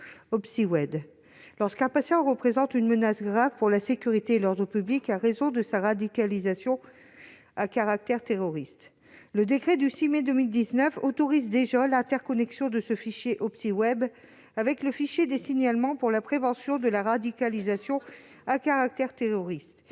lorsqu'un patient représente une menace grave pour la sécurité et l'ordre publics en raison de sa radicalisation à caractère terroriste. Le décret du 6 mai 2019 autorise déjà l'interconnexion du fichier Hopsyweb avec le fichier de traitement des signalements pour la prévention de la radicalisation à caractère terroriste